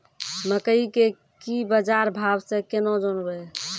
मकई के की बाजार भाव से केना जानवे?